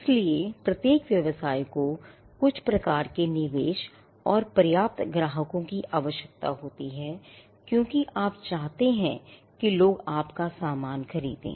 इसलिए प्रत्येक व्यवसाय को कुछ प्रकार के निवेश और पर्याप्त ग्राहकों की आवश्यकता होती है क्योंकि आप चाहते हैं कि लोग आपका सामान खरीदें